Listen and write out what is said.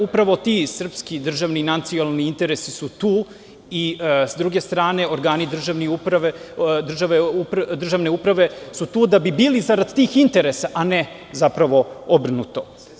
Upravo ti srpski državni i nacionalni interesi su tu i s druge strane, organi državne uprave su tu da bi bili zarad tih interesa, a ne zapravo obrnuto.